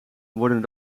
worden